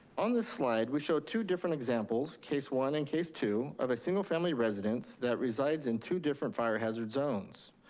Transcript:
on this slide, we show two different examples, case one and case two, of a single family residence that resides in two different fire hazard zones,